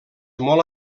molt